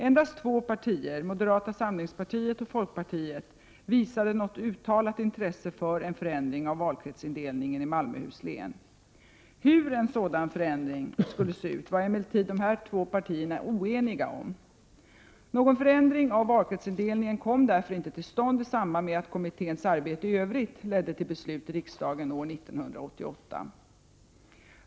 Endast två partier, moderata samlingspartiet och folkpartiet, visade något uttalat intresse för en förändring av valkretsindelningen i Malmöhus län. Hur en sådan förändring skulle se ut var emellertid dessa partier oeniga om . Någon förändring av valkretsindelningen kom därför inte till stånd i samband med att kommitténs arbete i övrigt ledde till beslut i riksdagen år 1988.